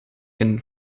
een